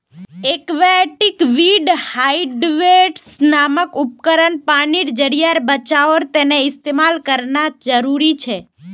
aquatic weed harvester नामक उपकरण पानीर ज़रियार बचाओर तने इस्तेमाल करना ज़रूरी छे